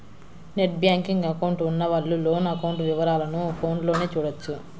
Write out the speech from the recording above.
net banking account ఉన్నవాళ్ళు loan account వివరాలను ఫోన్లోనే చూడొచ్చు